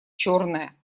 черная